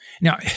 Now